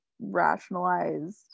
rationalized